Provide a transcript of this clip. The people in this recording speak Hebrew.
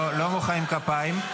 לא מוחאים כפיים.